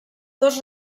dos